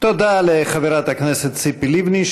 תודה לחברת הכנסת ציפי לבני,